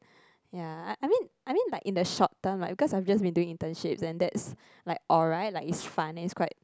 ya I I mean I mean like in the short term like because I've just been doing internships and that's like alright like it's fun and it's quite